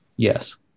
Yes